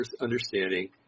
understanding